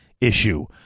issue